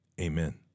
amen